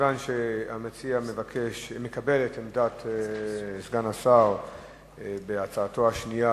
מכיוון שהמציע מקבל את עמדת סגן השר בהצעתו השנייה,